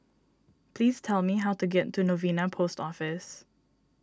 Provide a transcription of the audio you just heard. please tell me how to get to Novena Post Office